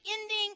ending